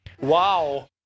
Wow